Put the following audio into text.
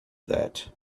that